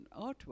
artwork